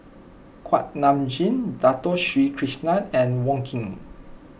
Kuak Nam Jin Dato Sri Krishna and Wong Keen